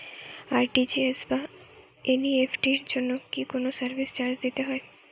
RTGS বা NEFT এর জন্য কি কোনো সার্ভিস চার্জ দিতে হয়?